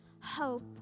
hope